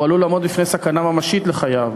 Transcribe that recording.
והוא עלול לעמוד בפני סכנה ממשית לחייו,